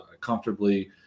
comfortably